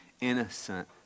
innocent